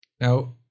Now